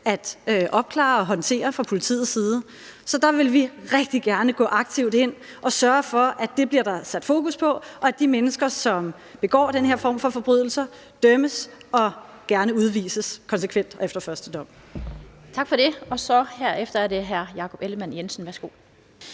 at opklare og håndtere fra politiets side. Så der vil vi rigtig gerne gå aktivt ind og sørge for, at der bliver sat fokus på det, og at de mennesker, som begår den her form for forbrydelser, dømmes og gerne udvises konsekvent og efter første dom. Kl. 16:07 Den fg. formand (Annette Lind): Tak for det. Herefter er det hr. Jakob Ellemann-Jensen. Værsgo.